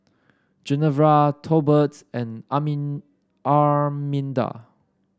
Genevra Tolbert and Armin Arminda